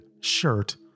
shirt